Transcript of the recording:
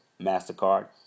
MasterCard